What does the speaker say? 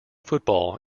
football